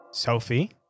Sophie